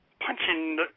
punching